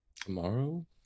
Tomorrow